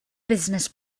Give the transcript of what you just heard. business